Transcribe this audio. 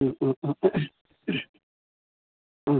ആ